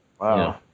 Wow